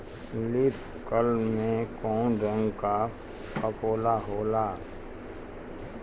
Leaf curl में कौने रंग का फफोला होला?